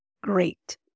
great